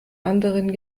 anderen